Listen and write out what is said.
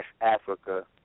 Africa